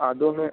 അതൊന്ന്